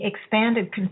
expanded